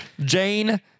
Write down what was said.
Jane